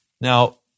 Now